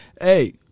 hey